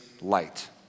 light